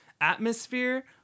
atmosphere